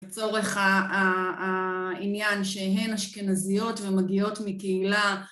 לצורך העניין שהן אשכנזיות ומגיעות מקהילה